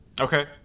Okay